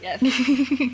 yes